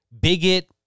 bigot